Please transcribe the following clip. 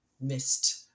missed